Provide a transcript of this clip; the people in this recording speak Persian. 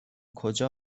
کجا